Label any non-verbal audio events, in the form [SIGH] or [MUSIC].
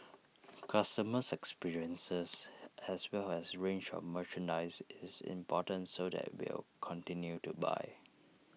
[NOISE] customers experiences as well as range of merchandise is important so that will continue to buy